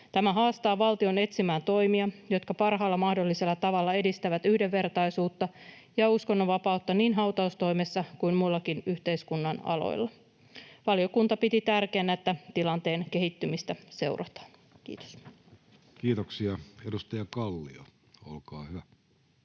Tämä haastaa valtion etsimään toimia, jotka parhaalla mahdollisella tavalla edistävät yhdenvertaisuutta ja uskonnonvapautta niin hautaustoimessa kuin muillakin yhteiskunnan aloilla. Valiokunta piti tärkeänä, että tilanteen kehittymistä seurataan. — Kiitos. Kiitoksia. — Edustaja Kallio, olkaa hyvä.